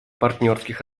партнерских